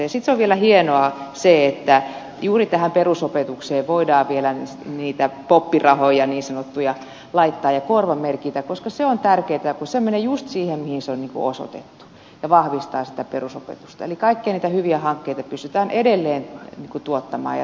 sitten on vielä hienoa se että juuri perusopetukseen voidaan vielä niin sanottuja pop rahoja laittaa ja korvamerkitä koska se on tärkeätä ja se menee juuri siihen mihin se on osoitettu ja vahvistaa sitä perusopetusta eli kaikkia niitä hyviä hankkeita pystytään edelleen tuottamaan ja toimittamaan